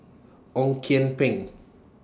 Ong Kian Peng